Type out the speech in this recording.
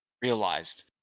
realized